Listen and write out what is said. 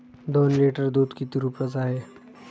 दोन लिटर दुध किती रुप्याचं हाये?